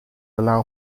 allow